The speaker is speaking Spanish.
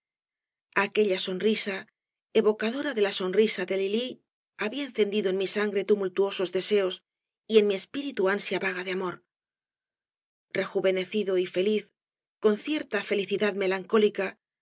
aquella sonrisa evocadora de la sonrisa de lili había encendido en mi sangre tumultuosos deseos y en mi espíritu ansia vaga de amor rejuvenecido y feliz con cierta felicidad melancólica